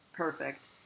Perfect